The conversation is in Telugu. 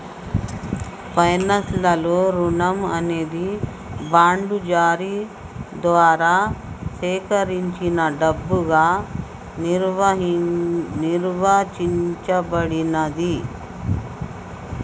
ఫైనాన్స్ లలో రుణం అనేది బాండ్ల జారీ ద్వారా సేకరించిన డబ్బుగా నిర్వచించబడినాది